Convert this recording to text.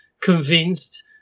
convinced